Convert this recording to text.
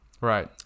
right